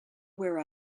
where